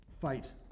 fight